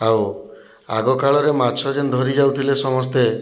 ଆଉ ଆଗ କାଳରେ ମାଛ ଯେନ୍ ଧରିଯାଉଥିଲେ ସମସ୍ତେ